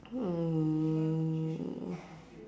um